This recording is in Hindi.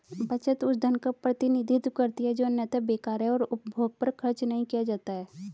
बचत उस धन का प्रतिनिधित्व करती है जो अन्यथा बेकार है और उपभोग पर खर्च नहीं किया जाता है